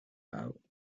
love